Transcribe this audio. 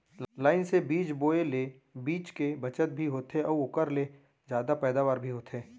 line से बीज बोए ले बीच के बचत भी होथे अउ ओकर ले जादा पैदावार भी होथे